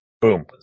Boom